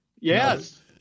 Yes